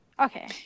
Okay